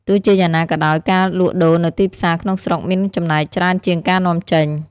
ទោះជាយ៉ាងណាក៏ដោយ ការលក់ដូរនៅទីផ្សារក្នុងស្រុកមានចំណែកច្រើនជាងការនាំចេញ។